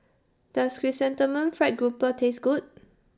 Does Chrysanthemum Fried Grouper Taste Good